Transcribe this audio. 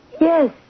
Yes